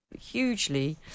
hugely